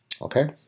okay